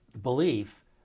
belief